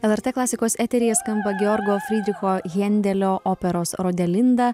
lrt klasikos eteryje skamba georgo frydricho hendelio operos rodelinda